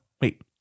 wait